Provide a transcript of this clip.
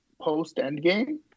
post-Endgame